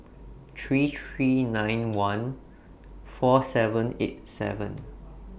three three nine one four seven eight seven